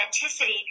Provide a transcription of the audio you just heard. authenticity